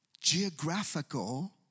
geographical